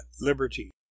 liberty